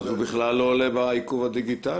אז הוא בכלל לא עולה בעיקוב הדיגיטלי.